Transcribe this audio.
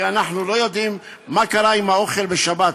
כי אנחנו לא יודעים מה קרה עם האוכל בשבת,